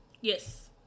Yes